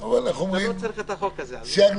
אתה לא צריך את החוק הזה.